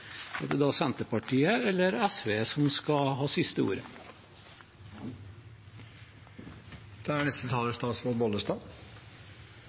Er det da Senterpartiet eller SV som skal ha det siste ordet?